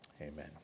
Amen